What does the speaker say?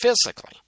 physically